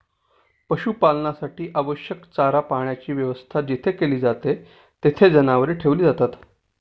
पशुपालनासाठी आवश्यक चारा पाण्याची व्यवस्था जेथे केली जाते, तेथे जनावरे ठेवली जातात